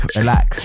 relax